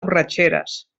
borratxeres